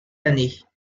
années